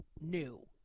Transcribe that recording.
new